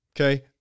Okay